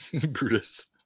Brutus